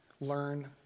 learn